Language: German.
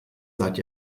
seit